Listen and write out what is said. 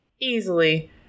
Easily